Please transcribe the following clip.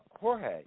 Jorge